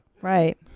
Right